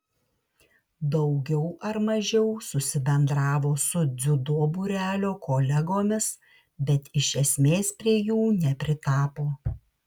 daugiau ar mažiau susibendravo su dziudo būrelio kolegomis bet iš esmės prie jų nepritapo